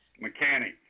Mechanic